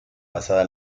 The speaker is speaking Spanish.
pasada